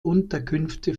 unterkünfte